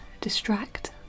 distract